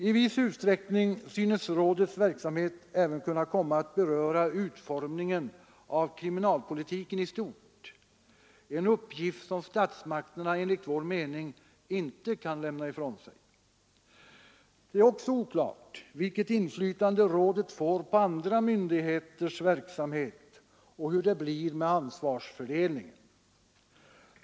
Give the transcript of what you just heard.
I viss utsträckning synes rådets verksamhet även kunna komma att beröra utformningen av kriminalpolitiken i stort, en uppgift som statsmakterna enligt vår mening inte kan lämna ifrån sig. Det är också oklart vilket inflytande rådet får på andra myndigheters verksamhet och hur det blir med ansvarsfördelningen.